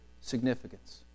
significance